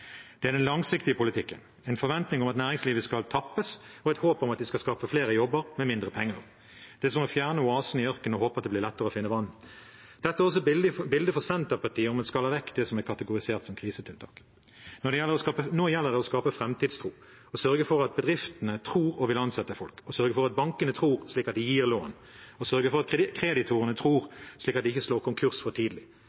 Det er den langsiktige politikken – en forventning om at næringslivet skal tappes, og et håp om at de skal skape flere jobber med mindre penger. Det er som å fjerne oasen i ørkenen og håpe at det blir lettere å finne vann. Dette er også bildet fra Senterpartiet, at man skaller vekk det som er kategorisert som krisetiltak. Nå gjelder det å skape framtidstro, sørge for at bedriftene tror og vil ansette folk, sørge for at bankene tror, slik at de gir lån, sørge for at kreditorene tror,